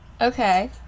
Okay